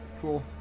cool